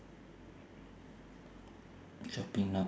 shopping lah